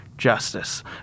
justice